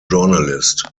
journalist